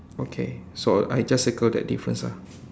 okay so I just circle that difference ah